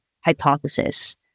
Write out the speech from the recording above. hypothesis